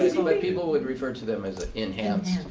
like people would refer to them as enhanced.